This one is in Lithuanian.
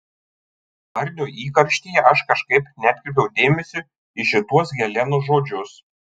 barnio įkarštyje aš kažkaip neatkreipiau dėmesio į šituos helenos žodžius